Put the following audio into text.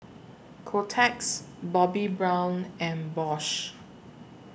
Kotex Bobbi Brown and Bosch